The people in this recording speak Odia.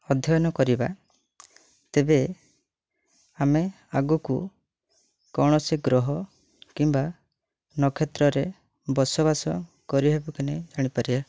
ଅଧ୍ୟୟନ କରିବା ତେବେ ଆମେ ଆଗକୁ କୌଣସି ଗ୍ରହ କିମ୍ବା ନକ୍ଷତ୍ରରେ ବସବାସ କରି ହେବକି ନାହିଁ ଜାଣିପାରିବା